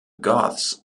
goths